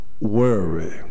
worry